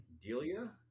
Delia